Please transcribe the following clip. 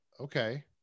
Okay